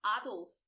Adolf